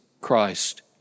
Christ